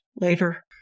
later